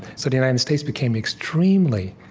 so the united states became extremely,